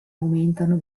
aumentano